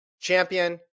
champion